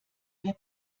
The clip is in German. wer